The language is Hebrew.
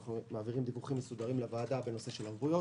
אנחנו מעבירים דיווחים מסודרים לוועדה בנושא הערבויות